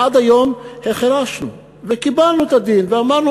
עד היום החרשנו וקיבלנו את הדין ואמרנו,